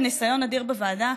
עם ניסיון אדיר בוועדה.